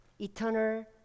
eternal